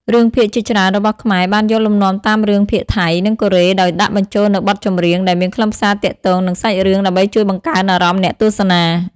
រឿងភាគជាច្រើនរបស់ខ្មែរបានយកលំនាំតាមរឿងភាគថៃ និងកូរ៉េ ដោយដាក់បញ្ចូលនូវបទចម្រៀងដែលមានខ្លឹមសារទាក់ទងនឹងសាច់រឿង ដើម្បីជួយបង្កើនអារម្មណ៍អ្នកទស្សនា។